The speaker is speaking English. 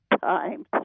times